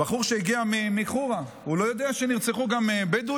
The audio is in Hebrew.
הבחור שהגיע מחורה, הוא לא יודע שנרצחו גם בדואים?